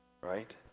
right